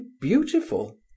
beautiful